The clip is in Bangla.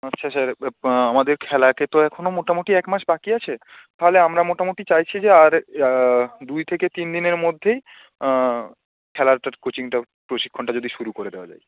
আচ্ছা স্যার আমাদের খেলাকে তো এখনও মোটামুটি এক মাস বাকি আছে তাহলে আমরা মোটামুটি চাইছি যে আর দুই থেকে তিন দিনের মধ্যেই খেলা অর্থাৎ কোচিংটা প্রশিক্ষণটা যদি শুরু করে দেওয়া যায়